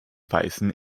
weißen